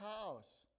house